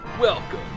Welcome